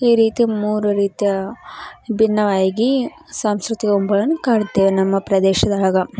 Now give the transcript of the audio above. ಈ ರೀತಿ ಮೂರು ರೀತಿಯ ವಿಬಿನ್ನವಾಗಿ ಸಾಂಸ್ಕೃತಿಕ ಗುಂಪುಗಳನ್ನು ಕಾಣ್ತೇವೆ ನಮ್ಮ ಪ್ರದೇಶ್ದೊಳಗೆ